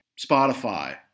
Spotify